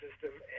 system